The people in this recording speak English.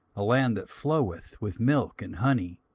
a land that floweth with milk and honey.